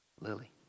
Lily